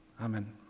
Amen